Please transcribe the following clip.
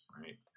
right